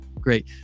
great